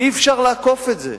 אי-אפשר לעקוף את זה.